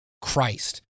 Christ